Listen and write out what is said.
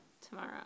tomorrow